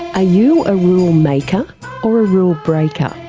ah you a rule maker or a rule breaker,